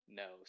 no